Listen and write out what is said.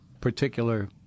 particular